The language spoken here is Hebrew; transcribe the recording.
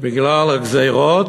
בגלל הגזירות?